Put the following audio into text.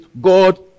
God